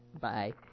Bye